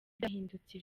byahindutse